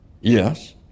Yes